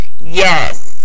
yes